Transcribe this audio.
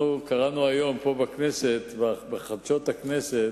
אנחנו קראנו היום פה בכנסת בחדשות הכנסת,